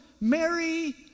Mary